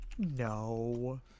No